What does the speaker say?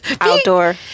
outdoor